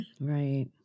right